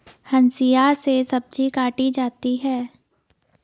हंसिआ से सब्जी काटी जाती है